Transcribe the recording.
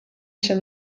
się